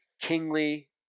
kingly